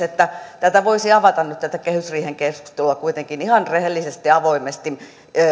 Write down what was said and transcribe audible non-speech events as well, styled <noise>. <unintelligible> että tätä voisi avata nyt tätä kehysriihen keskustelua kuitenkin ihan rehellisesti ja avoimesti